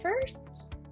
first